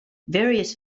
various